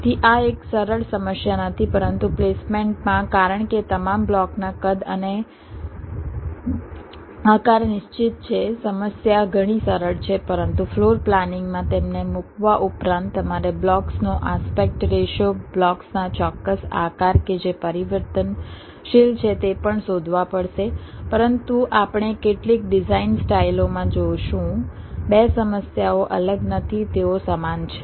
તેથી આ એક સરળ સમસ્યા નથી પરંતુ પ્લેસમેન્ટમાં કારણ કે તમામ બ્લોકના આકાર અને કદ નિશ્ચિત છે સમસ્યા ઘણી સરળ છે પરંતુ ફ્લોર પ્લાનિંગમાં તેમને મૂકવા ઉપરાંત તમારે બ્લોક્સનો આસ્પેક્ટ રેશિયો બ્લોક્સના ચોક્કસ આકાર કે જે પરિવર્તનશીલ છે તે પણ શોધવા પડશે પરંતુ આપણે કેટલીક ડિઝાઇન સ્ટાઇલ ઓમાં જોશું બે સમસ્યાઓ અલગ નથી તેઓ સમાન છે